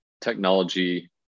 technology